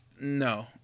no